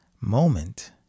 moment